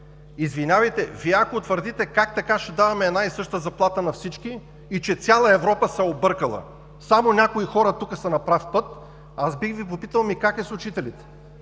Извинявайте, Вие, ако твърдите, как така ще даваме една и съща заплата на всички и че цяла Европа се е объркала, само някои хора тук са на прав път, аз бих Ви попитал: ми как е с учителите?